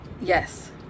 Yes